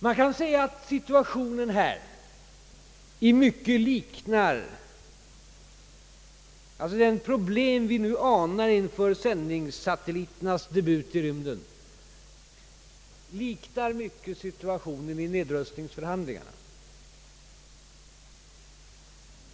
Man kan säga att situationen i fråga om sändningssatelliternas debut i rymden i mycket liknar situationen i nedrustningsförhandlingarna.